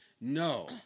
No